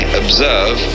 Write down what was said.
observe